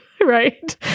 right